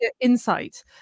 insight